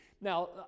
Now